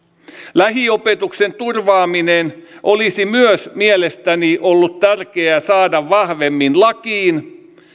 lähiopetuksen turvaaminen olisi myös mielestäni ollut tärkeää saada vahvemmin lakiin